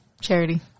Charity